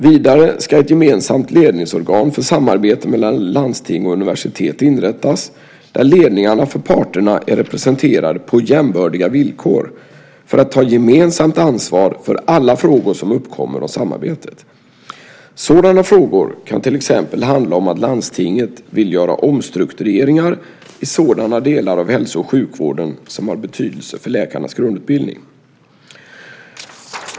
Vidare ska ett gemensamt ledningsorgan för samarbete mellan landsting och universitet inrättas där ledningarna för parterna är representerade på jämbördiga villkor för att ta gemensamt ansvar för alla frågor som uppkommer om samarbetet. Sådana frågor kan till exempel handla om att landstinget vill göra omstruktureringar i sådana delar av hälso och sjukvården som har betydelse för läkarnas grundutbildning.